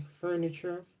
furniture